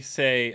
say